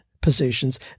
positions